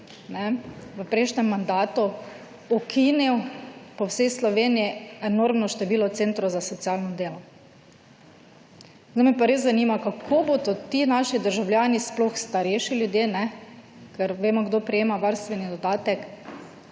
v prejšnjem mandatu ukinil po vsej Sloveniji enormno število centrov za socialno delo. Zdaj me pa res zanima, kako bodo ti naši državljani - sploh starejši ljudje, ker vemo, kdo prejema varstveni dodatek